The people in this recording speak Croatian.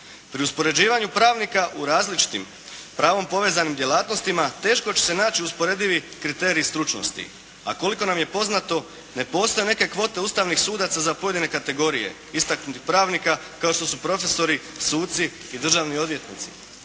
Pri uspoređivanju pravnika u različitim, pravom povezanim djelatnostima teško će se naći usporedivi kriteriji stručnosti. A koliko nam je poznato, ne postoje neke kvote ustavnih sudaca za pojedine kategorije istaknutih pravnika kao što su profesori, suci i državni odvjetnici.